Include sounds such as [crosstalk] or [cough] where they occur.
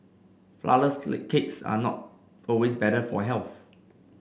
flourless [unintelligible] cakes are not always better for health